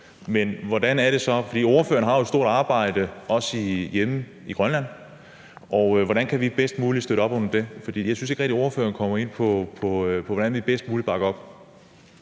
det er vi enige om. Ordføreren gør jo et stort arbejde også hjemme i Grønland, så hvordan kan vi bedst muligt støtte op om det? Jeg synes ikke rigtig, ordføreren kommer ind på, hvordan vi bedst muligt bakker op.